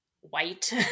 white